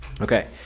Okay